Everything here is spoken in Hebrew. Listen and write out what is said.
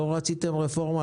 לא רציתם רפורמה,